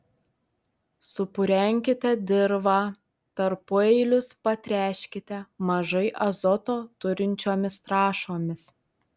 supurenkite dirvą tarpueilius patręškite mažai azoto turinčiomis trąšomis